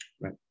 right